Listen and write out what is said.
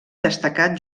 destacat